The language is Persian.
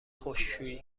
خشکشویی